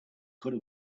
could